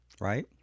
right